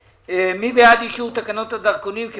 מי בעד אישור תקנות הדרכונים (הוראת שעה) (תיקון),